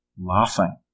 laughing